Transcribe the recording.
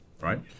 Right